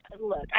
look